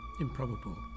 improbable